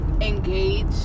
engage